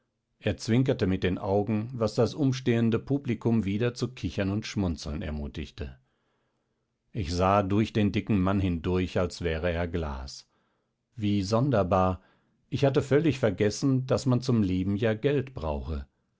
er zwinkerte mit den augen was das umstehende publikum wieder zu kichern und schmunzeln ermutigte ich sah durch den dicken mann hindurch als wäre er glas wie sonderbar ich hatte völlig vergessen daß man zum leben ja geld brauche